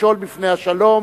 מכשול בפני השלום.